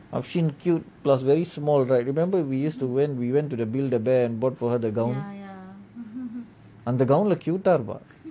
ashin cute plus very small right remember we used to went we went to the build a bear and bought for her the gown அந்த:antha gown lah cute ah இருப்ப:iruppa